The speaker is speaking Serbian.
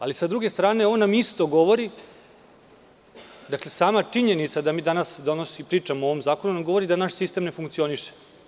Ali, sa druge strane, ovo nam isto govori, sama činjenica da mi danas pričamo o ovom zakonu, govori nam da naš sistem ne funkcioniše.